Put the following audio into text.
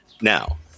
Now